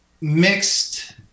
mixed